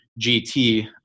GT